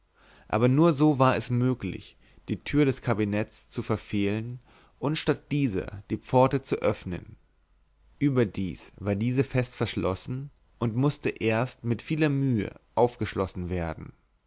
aber nur so war es möglich die tür des kabinetts zu verfehlen und statt dieser die pforte zu öffnen überdem war diese fest verschlossen und mußte erst mit vieler mühe aufgeschlossen werden